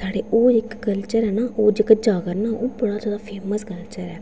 साढ़े होर इक कल्चर ऐ ना ओह् जेह्का जागरना ओह् बड़ा जादा फेमस कल्चर ऐ